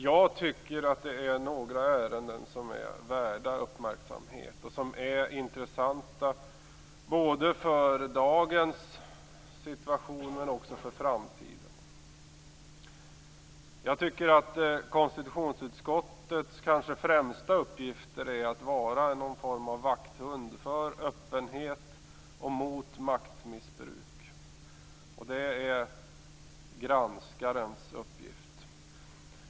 Jag tycker att det är några ärenden som är värda uppmärksamhet och som är intressanta både för dagens situation och för framtiden. Jag tycker att konstitutionsutskottet kanske främsta uppgift är att vara någon form av vakthund för öppenhet och mot maktmissbruk. Det är granskarens uppgift.